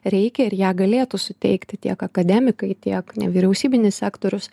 reikia ir ją galėtų suteikti tiek akademikai tiek nevyriausybinis sektorius